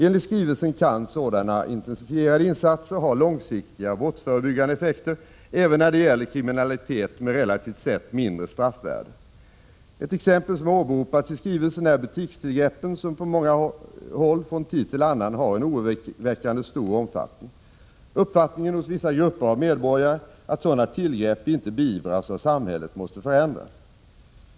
Enligt skrivelsen kan sådana intensifierade insatser ha långsiktiga brottsförebyggande effekter även när det gäller kriminalitet med relativt sett mindre straffvärde. Ett exempel som har åberopats i skrivelsen är butikstillgreppen, som på många håll från tid till annan har en oroväckande stor omfattning. Uppfattningen hos vissa grupper av medborgare att sådana tillgrepp inte beivras av samhället måste förändras.